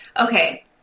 Okay